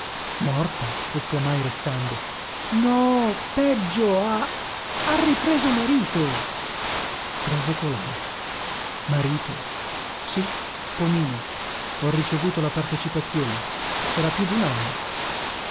morta esclamai restando no peggio ha ha ripreso marito trasecolai marito sì pomino ho ricevuto la partecipazione sarà più dun anno